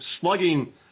slugging